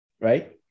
right